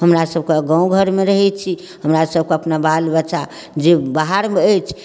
हमरा सबकऽ गाँव घरमे रहैत छी हमरा सबके अपना बाल बच्चा जे बाहरमे अछि